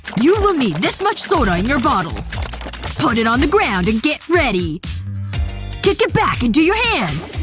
you will need this much soda in your bottle put it on the ground and get ready kick it back into your hands.